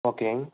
ஓகேங்க